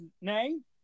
name